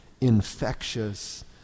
infectious